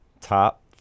top